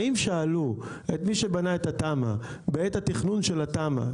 האם שאלו את מי שבנה את התמ"א בעת התכנון של התמ"א,